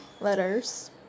letters